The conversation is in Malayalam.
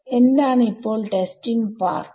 എന്താണ് ഇപ്പോൾ ടെസ്റ്റിംഗ് പാർട്ട്